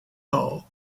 hall